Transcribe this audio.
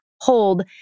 hold